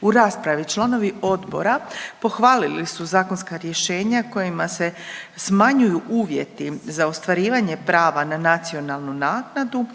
U raspravi članovi odbora pohvalili su zakonska rješenja kojima se smanjuju uvjeti za ostvarivanje prava na nacionalnu naknadu,